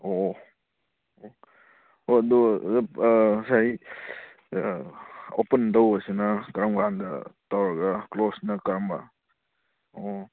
ꯑꯣ ꯑꯗꯣ ꯑꯣꯖꯥ ꯉꯁꯥꯏ ꯑꯣꯄꯟ ꯇꯧꯕꯁꯤꯅ ꯀꯔꯝꯀꯥꯟꯗ ꯇꯧꯔꯒ ꯀ꯭ꯂꯣꯖꯅ ꯀꯔꯝꯕ ꯑꯣ